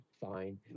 Fine